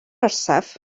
orsaf